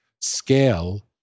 scale